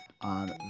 on